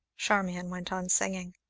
charmian went on singing.